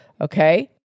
Okay